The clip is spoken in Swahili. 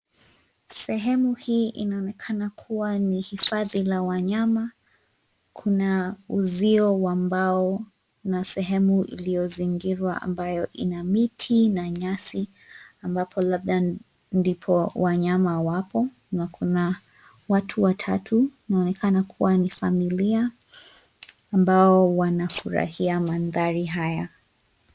Sehemu hii inaonekana kuwa ni hifadhi la wanyama. Kuna uzio wa bao na sehemu iliyozingirwa ambayo ina miti na nyasi ambapo labda ndipo wanyama wapo, na kuna watu watatu inaoonekana kuwa ni familia ambao wanafurahia mandhari haya.